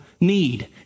need